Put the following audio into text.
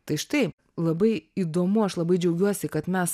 tai štai labai įdomu aš labai džiaugiuosi kad mes